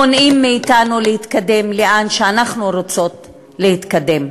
מונעים מאתנו להתקדם לאן שאנחנו רוצות להתקדם.